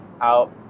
out